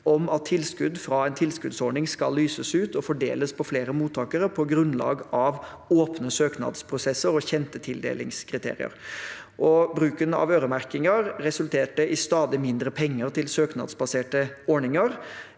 om at tilskudd fra en tilskuddsordning skal lyses ut og fordeles på flere mottakere på grunnlag av åpne søknadsprosesser og kjente tildelingskriterier. Bruken av øremerkinger resulterte i stadig mindre penger til søknadsbaserte ordninger.